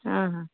हॅं हॅं